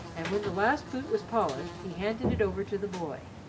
and when the last boot was polished, he handed it over to the boy.